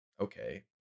okay